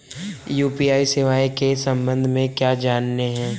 UPI सेवाओं के संबंध में क्या जानते हैं?